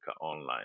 Online